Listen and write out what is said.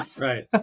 Right